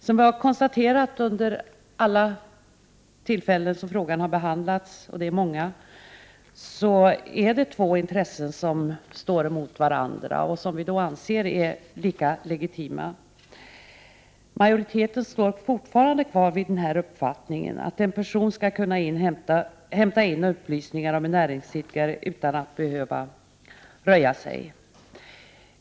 Som vi har konstaterat vid alla tillfällen som frågan har behandlats — det är många — är det två intressen som står mot varandra och som vi anser är lika legitima. Majoriteten står fortfarande kvar vid uppfattningen att en person skall kunna inhämta upplysningar om en näringsidkare utan att behöva röja sig.